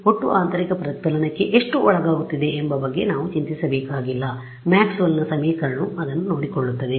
ಒಟ್ಟು ಆಂತರಿಕ ಪ್ರತಿಫಲನಕ್ಕೆ ಎಷ್ಟು ಒಳಗಾಗುತ್ತಿದೆ ಎಂಬ ಬಗ್ಗೆ ನಾವು ಚಿಂತಿಸಬೇಕಾಗಿಲ್ಲ ಮ್ಯಾಕ್ಸ್ವೆಲ್ನ ಸಮೀಕರಣವು ಅದನ್ನು ನೋಡಿಕೊಳ್ಳುತ್ತದೆ